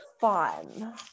fun